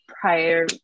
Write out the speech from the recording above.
prior